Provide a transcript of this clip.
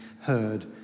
heard